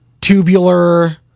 tubular